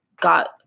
got